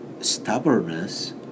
stubbornness